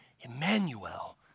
Emmanuel